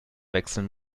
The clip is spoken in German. wechseln